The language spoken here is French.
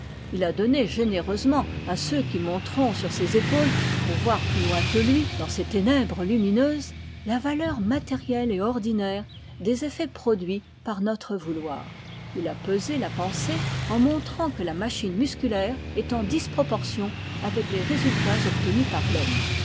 il a donné généreusement à ceux qui monteront sur ses épaules pour voir plus loin que lui dans ces ténèbres lumineuses la valeur matérielle et ordinaire des afltets produits par notre vouloir il a pesé la pensée en montrant que la machine musculaire est en disproportion avec les résultats obtenus par l'homme